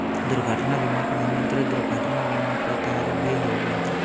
दुर्घटना बीमा प्रधानमंत्री दुर्घटना बीमा के तहत भी होबो हइ